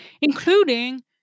including